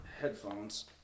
Headphones